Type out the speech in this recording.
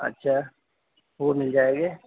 اچھا وہ مِل جائیں گے